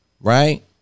right